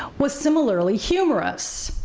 was similarly humorous,